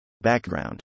Background